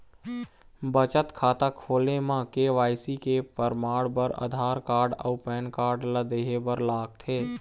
बचत खाता खोले म के.वाइ.सी के परमाण बर आधार कार्ड अउ पैन कार्ड ला देहे बर लागथे